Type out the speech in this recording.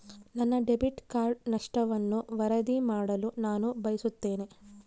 ನನ್ನ debit card ನಷ್ಟವನ್ನು ವರದಿ ಮಾಡಲು ನಾನು ಬಯಸುತ್ತೇನೆ